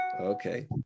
Okay